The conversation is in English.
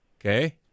Okay